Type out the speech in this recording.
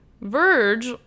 Verge